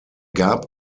gab